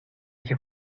que